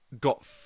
got